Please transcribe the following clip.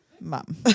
Mom